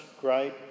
great